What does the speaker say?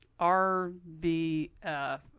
RBF